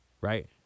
right